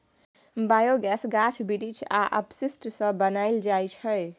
biogas गाछ बिरीछ आ अपशिष्ट सँ बनाएल जाइ छै